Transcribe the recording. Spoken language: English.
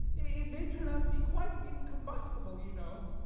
it may turn out to be quite incom bustible, you know.